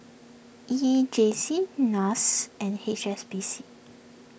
E J C Nas and H S B C